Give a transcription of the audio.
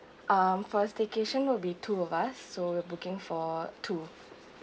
um for our staycation will be two of us so we're booking for two